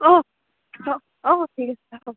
অঁ অঁ অঁ ঠিক আছে হ'ব